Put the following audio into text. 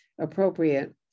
appropriate